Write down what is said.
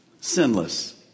sinless